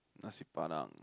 nasi-padang